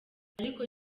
ariko